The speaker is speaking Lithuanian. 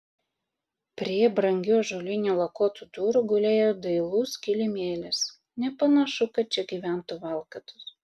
prie brangių ąžuolinių lakuotų durų gulėjo dailus kilimėlis nepanašu kad čia gyventų valkatos